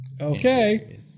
Okay